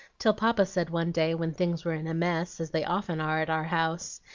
till papa said one day, when things were in a mess, as they often are at our house,